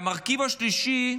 המרכיב השלישי,